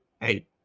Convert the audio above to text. Hey